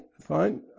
fine